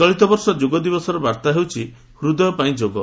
ଚଳିତବର୍ଷ ଯୋଗ ଦିବସର ବାର୍ତ୍ତା ହେଉଛି 'ହୂଦୟ ପାଇଁ ଯୋଗ'